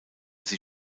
sie